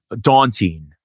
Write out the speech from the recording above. daunting